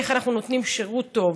איך אנחנו נותנים שירות טוב,